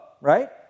Right